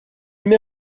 met